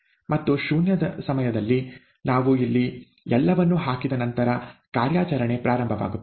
ಮತ್ತು ಶೂನ್ಯ ಸಮಯದಲ್ಲಿ ನಾವು ಇಲ್ಲಿ ಎಲ್ಲವನ್ನೂ ಹಾಕಿದ ನಂತರ ಕಾರ್ಯಾಚರಣೆ ಪ್ರಾರಂಭವಾಗುತ್ತದೆ